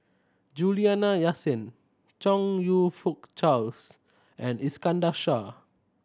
Juliana Yasin Chong You Fook Charles and Iskandar Shah